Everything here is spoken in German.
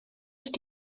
ist